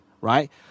right